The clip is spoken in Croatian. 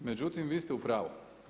Međutim, vi ste u pravu.